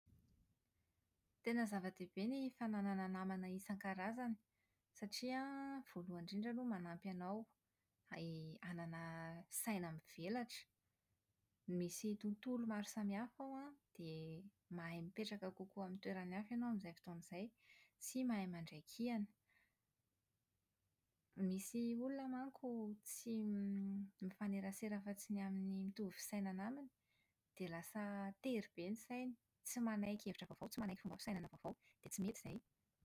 Tena zava-dehibe ny fananana namana iasn-karazany satria an, voalohany indrindra aloha manampy anao hai- hanana saina mivelatra. Misy tontolo maro samihafa ao an, dia mahay mipetraka kokoa amin'ny toeran'ny hafa ianao amin'izay fotoana izay sy mahay mandray kiana. Misy olona manko tsy mifanerasera afa-tsy ny amin'ny mitovy fisainana aminy, dia lasa tery be ny sainy, tsy manaiky hevitra vaovao, tsy manaiky fomba fisainana vaovao, dia tsy mety izay.